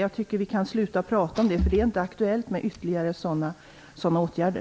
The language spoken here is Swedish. Jag tycker att vi kan sluta prata om det. Det är inte aktuellt med ytterligare sådana åtgärder.